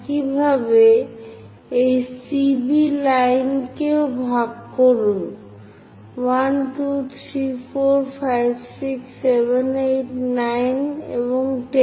একইভাবে এই CB line কেও ভাগ করুন 1 2 3 4 5 6 7 8 9 এবং 10